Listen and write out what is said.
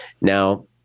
Now